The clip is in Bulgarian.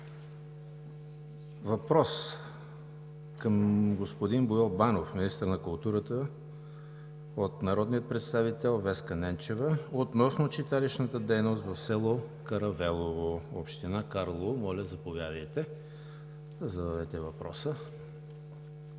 Въпрос към господин Боил Банов – министър на културата, от народния представител Веска Ненчева относно читалищната дейност в село Каравелово, община Карлово. Моля, заповядайте да зададете въпроса.